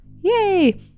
Yay